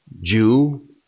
Jew